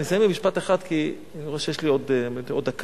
אני אסיים במשפט אחד, כי אני רואה שיש לי עוד דקה.